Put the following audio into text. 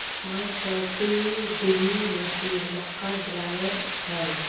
पांच सौ TD machine, मक्का ड्रायर हइ